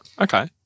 Okay